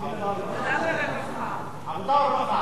ועדת העבודה והרווחה.